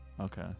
Okay